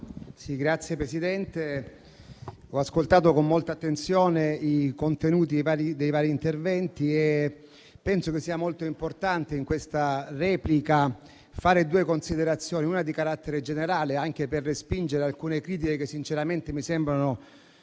Grazie, Presidente. Ho ascoltato con molta attenzione i contenuti dei vari interventi e penso che sia molto importante, in questa replica, fare due considerazioni, una di carattere generale, anche per respingere alcune critiche che sinceramente mi sembrano